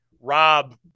Rob